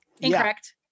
Incorrect